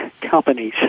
companies